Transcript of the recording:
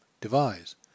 devise